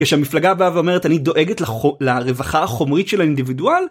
כשהמפלגה הבאה ואומרת, אני דואגת לרווחה החומרית של האינדיבידואל.